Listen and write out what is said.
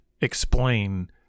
explain